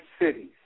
cities